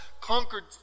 conquered